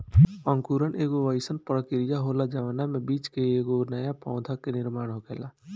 अंकुरण एगो आइसन प्रक्रिया होला जवना में बीज से एगो नया पौधा के निर्माण होखेला